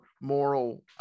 moral